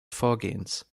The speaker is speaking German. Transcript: vorgehens